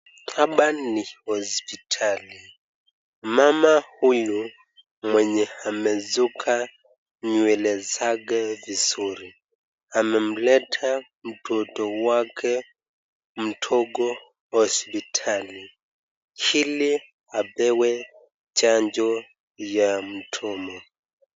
Hapa ni hospitali, mama huyu mwenye amesuka nywele zake vizuri amemleta mtoto wake mdogo hospitali ili apewe chanjo ya mdomo.